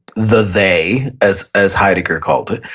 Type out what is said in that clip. the they as as heidegger called it.